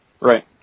Right